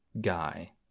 guy